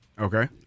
Okay